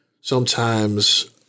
Sometimes-